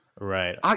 Right